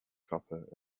copper